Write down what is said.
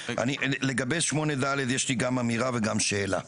לגבי 8ד יש לי גם אמירה וגם שאלה.